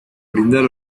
brindar